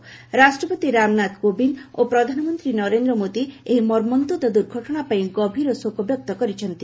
୍ରାଷ୍ଟ୍ରପତି ରାମନାଥ କୋବିନ୍ଦ ଓ ପ୍ରଧାନମନ୍ତ୍ରୀ ନରେନ୍ଦ୍ର ମୋଦୀ ଏହି ମମନ୍ତ୍ରଦ ଦୂର୍ଘଟଣା ପାଇଁ ଗଭୀର ଶୋକବ୍ୟକ୍ତ କରିଛନ୍ତି